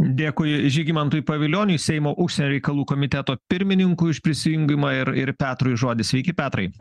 dėkui žygimantui pavilioniui seimo užsienio reikalų komiteto pirmininkui už prisijungimą ir ir petrui žodis sveiki petrai